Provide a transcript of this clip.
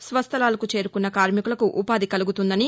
స్వస్థలాలకు చేరుకున్న కార్మికులకు ఉపాధి కలుగుతుందని